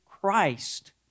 Christ